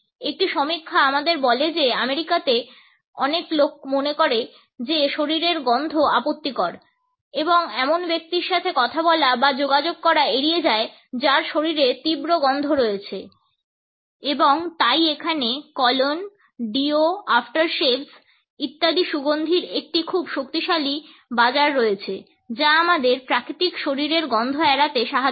একটি সমীক্ষা আমাদের বলে যে আমেরিকাতে অনেক লোক মনে করে যে শরীরের গন্ধ আপত্তিকর এবং এমন ব্যক্তির সাথে কথা বলা বা যোগাযোগ করা এড়িয়ে যায় যার শরীরে তীব্র গন্ধ রয়েছে এবং তাই এখানে colognes deo's aftershaves ইত্যাদি সুগন্ধির একটি খুব শক্তিশালী বাজার রয়েছে যা আমাদের প্রাকৃতিক শরীরের গন্ধ এড়াতে সাহায্য করে